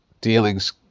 dealings